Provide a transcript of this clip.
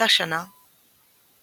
באותה שנה לינקדאין